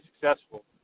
successful